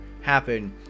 happen